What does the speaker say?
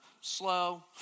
slow